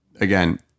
again